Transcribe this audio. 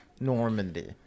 Normandy